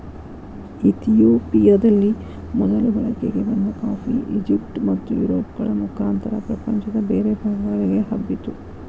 ಇತಿಯೋಪಿಯದಲ್ಲಿ ಮೊದಲು ಬಳಕೆಗೆ ಬಂದ ಕಾಫಿ, ಈಜಿಪ್ಟ್ ಮತ್ತುಯುರೋಪ್ಗಳ ಮುಖಾಂತರ ಪ್ರಪಂಚದ ಬೇರೆ ಭಾಗಗಳಿಗೆ ಹಬ್ಬಿತು